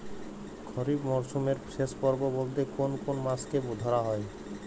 খরিপ মরসুমের শেষ পর্ব বলতে কোন কোন মাস কে ধরা হয়?